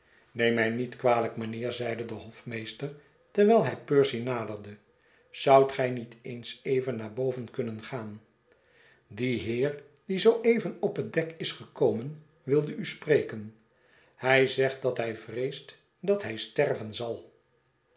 neem mij niet kwalijk mijnheer zeide de hofmeester terwijl hij percy naderde zoudt gij niet eens even naar boven kunnen gaan die heer die zoo even op het dek isgekomen wilde u spreken hij zegt dat hij vreest dat hij sterven zal